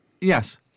Yes